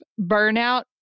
burnout